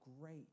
great